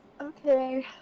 okay